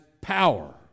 power